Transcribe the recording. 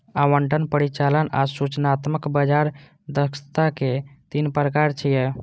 आवंटन, परिचालन आ सूचनात्मक बाजार दक्षताक तीन प्रकार छियै